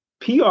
PR